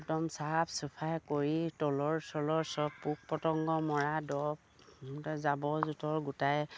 একদম চাফ চফাই কৰি তলৰ চলৰ চব পোক পতংগ মৰা দৰৱ জাবৰ জোঁথৰ গোটাই